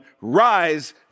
rise